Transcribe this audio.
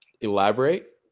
Elaborate